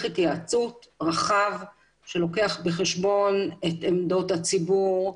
התייעצות רחב שלוקח בחשבון את עמדות הציבור,